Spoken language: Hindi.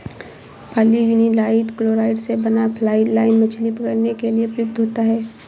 पॉलीविनाइल क्लोराइड़ से बना फ्लाई लाइन मछली पकड़ने के लिए प्रयुक्त होता है